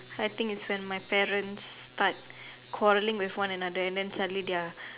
I think is my parents start quarrelling with one another and suddenly they are